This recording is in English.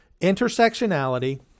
intersectionality